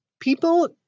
People